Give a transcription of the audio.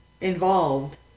Involved